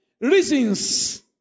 reasons